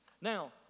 Now